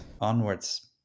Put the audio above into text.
onwards